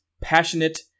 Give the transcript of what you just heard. passionate